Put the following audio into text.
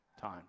time